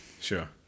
Sure